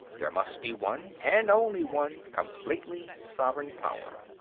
there must be one and only one completely sovereign power.